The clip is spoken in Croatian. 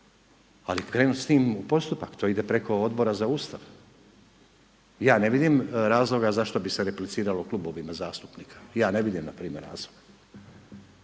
ali krenuti s time u postupak, to ide preko Odbora za Ustav. Ja ne vidim razloga zašto bi se repliciralo klubovima zastupnika, ja ne vidim na primjer razloga.